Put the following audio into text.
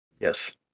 yes